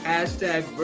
Hashtag